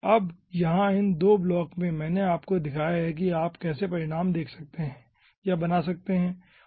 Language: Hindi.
अब यहाँ इन 2 ब्लॉक में मैंने आपको दिखाया है कि आप कैसे परिणाम देख सकते हैं या बना सकते हैं ठीक है